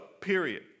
Period